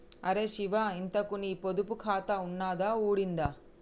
అరే శివా, ఇంతకూ నీ పొదుపు ఖాతా ఉన్నదా ఊడిందా